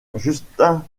justin